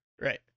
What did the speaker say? Right